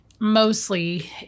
Mostly